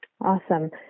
Awesome